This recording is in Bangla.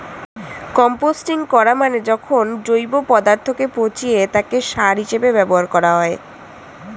কম্পোস্টিং করা মানে যখন জৈব পদার্থকে পচিয়ে তাকে সার হিসেবে ব্যবহার করা হয়